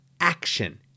action